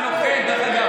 נוכל.